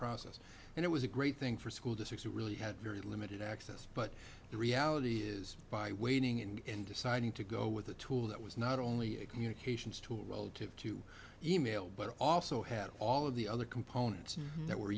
process and it was a great thing for school districts who really had very limited access but the reality is by waiting and deciding to go with a tool that was not only a communications tool relative to e mail but it also had all of the other components that were